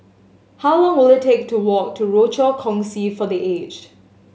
how long will it take to walk to Rochor Kongsi for The Aged